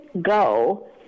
go